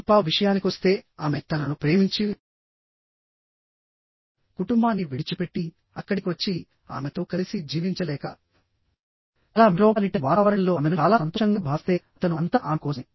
శిల్పా విషయానికొస్తే ఆమె తనను ప్రేమించి కుటుంబాన్ని విడిచిపెట్టి అక్కడికి వచ్చి ఆమెతో కలిసి జీవించలేక చాలా మెట్రోపాలిటన్ వాతావరణంలో ఆమెను చాలా సంతోషంగా భావిస్తే అతను అంతా ఆమె కోసమే